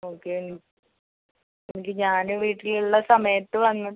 okay എങ്കിൽ ഞാൻ വീട്ടിലുള്ള സമയത്ത് വന്ന്